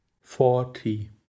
forty